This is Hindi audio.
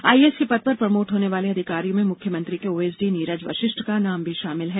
आईएएस के पद पर प्रमोट होने वाले अधिकारियों में मुख्यमंत्री के ओएसडी नीरज वशिष्ठ का नाम भी शामिल है